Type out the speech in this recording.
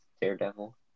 Daredevil